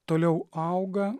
toliau auga